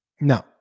No